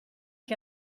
che